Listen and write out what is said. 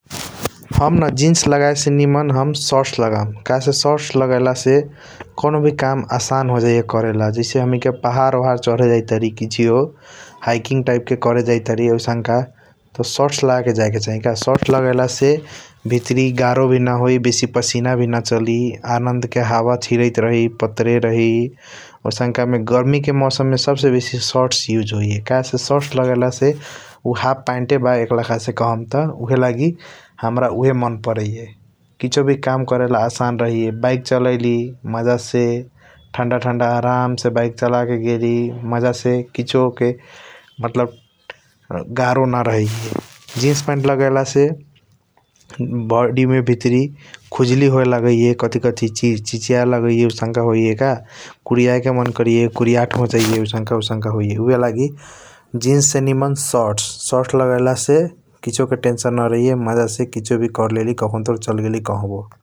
हमना jeans लगाइसे निमन हम सर्टश् लागाम । काहेसे सर्टश् लगाइलासे कौनो भि काम आसान होजाइये करेला । जैसे हमैके पहाड ओहाड चढे जाइतबारी किसियो हाइकिङ टाइपके करेजाइतबारी औसन्का । त सर्टश् लगाके जाइके चाहिँ का सर्टश् लगाइला से भितरी गार्हो भि न होइ बेसि पसिना भि न चली आनन्द के हावा छिरैत रहि पत्रे रहि औसन्का मे । गर्मी के मौसाम मे सब से बेसि सर्टश् इउस होइये काहे से सर्टश् लगाइला से उ हाफ पाइनटे बा एक लखा से। कहम त उहेलागी हमरा उहे मन परैये । किसो भि काम करेला आसान रहैये । बाइक चलैली मजा से ठन्डा ठन्डा आराम से बाइक चलाके गेलि । मजासे किछो के मतलब गर्हो न रहैये । जिन्स पाइनट लगाइला से बडिमे भित्री खुजली होइ लागैये कथि कथी चिज चिचियैलगैये । औसन्का होइये का कुरियाइके मन करैये कुरिआठ होजाइये। औसन्का औसन्का होजाइये उहे लागि जिन्स से निमन सर्टश् सर्टश् लागिला से किसो के तेन्सन न रहिये । मजासे किसो भि करलेली कखुन्त्रो चल्गेली कहबो ।